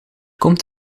komt